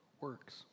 works